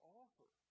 offer